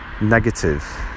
negative